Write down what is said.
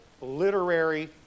literary